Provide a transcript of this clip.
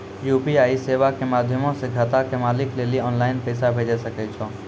UPI सेबा के माध्यमो से खाता के मालिक लेली आनलाइन पैसा भेजै सकै छो